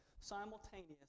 simultaneous